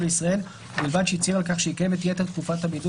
לישראל ובלבד שהצהיר על כך שיקיים את יתר תקופת הבידוד